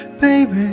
Baby